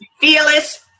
fearless